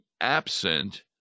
absent